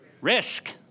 risk